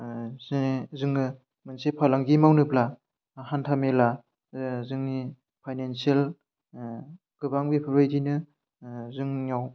जे जोङो मोनसे फालांगि मावनोब्ला हान्थामेला जोंनि फाइनानसियेल गोबां बेफोरबायदिनो जोंनियाव